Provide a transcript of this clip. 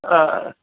आ